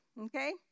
Okay